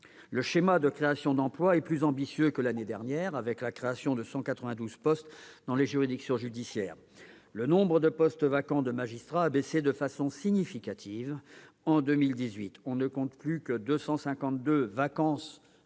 Le schéma de création d'emplois est plus ambitieux que l'année dernière, avec la création de 192 postes dans les juridictions judiciaires. Le nombre de postes vacants de magistrat a baissé de façon significative en 2018 : on ne compte plus que 252 vacances